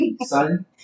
son